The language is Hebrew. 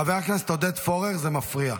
חבר הכנסת עודד פורר, זה מפריע.